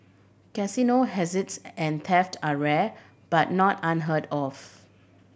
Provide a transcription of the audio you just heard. casino heists and theft are rare but not unheard of